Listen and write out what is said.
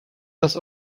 das